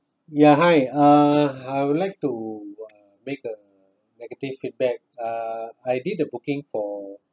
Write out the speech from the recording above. ya hi uh I would like to uh make a negative feedback uh I did the booking for